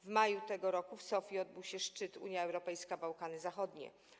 W maju tego roku w Sofii odbył się szczyt Unia Europejska - Bałkany Zachodnie.